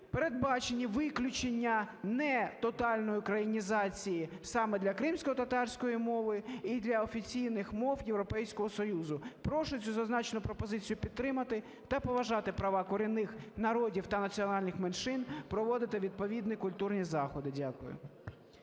передбачені виключення нетотальної українізації саме для кримськотатарської мови і для офіційних мов Європейського Союзу. Прошу цю зазначену пропозицію підтримати та поважати права корінних народів та національних меншин проводити відповідні культурні заходи. Дякую.